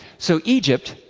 so, egypt,